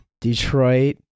Detroit